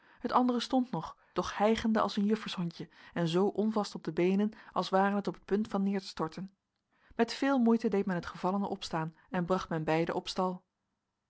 het andere stond nog doch hijgende als een juffershondje en zoo onvast op de beenen als ware het op het punt van neer te storten met veel moeite deed men het gevallene opstaan en bracht men beide opstal